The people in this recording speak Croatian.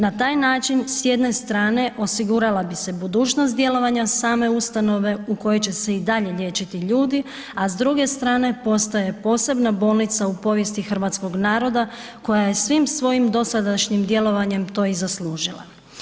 Na taj način s jedne strane, osigurala bi se budućnost djelovanja same ustanove u kojoj će se i dalje liječiti ljude, a s druge strane, postaje posebna bolnica u povijesti hrvatskog naroda koja je svim svojim dosadašnjim djelovanjem to i zaslužila.